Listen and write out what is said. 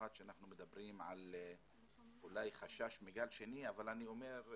במיוחד שאנחנו מדברים על חשש מגל שני אבל אני אומר,